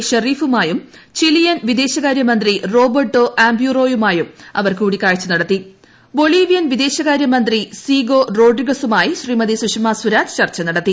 ഷെറീഫുമായും Chilean വിദേശകാര്യമന്ത്രി Roberto അംപ്യൂറോയുമായും അവർ കൂടിക്കാഴ്ച നടത്തി ബൊളീവ്യൻ വിദേശമന്ത്രി സീഗോ റോഡ്രിഗ്സുമായും ശ്രീമതി സുഷമ സ്വരാജ് നടത്തി